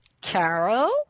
Carol